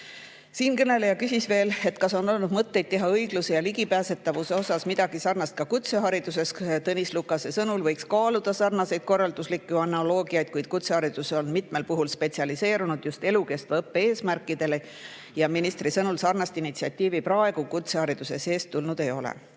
Siinkõneleja küsis veel selle kohta, kas on olnud mõtteid teha õigluse ja ligipääsetavusega seoses midagi sarnast ka kutsehariduses. Tõnis Lukase sõnul võiks kaaluda sarnaseid korralduslikke analoogiaid, kuid kutseharidus on mitmel puhul spetsialiseerunud just elukestva õppe eesmärkidele. Ministri sõnul sarnast initsiatiivi praegu kutsehariduse [valdkonnast] tulnud ei ole.